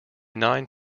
nine